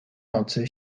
nocy